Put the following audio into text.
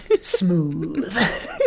Smooth